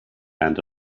and